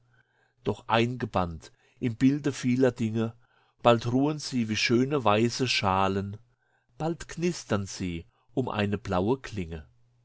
doch eingebannt im bilde vieler dinge bald ruhen sie wie schöne weiße schalen bald knistern sie um eine blaue klinge